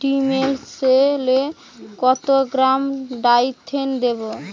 ডিস্মেলে কত গ্রাম ডাইথেন দেবো?